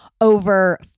over